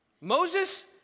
Moses